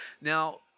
now